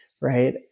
right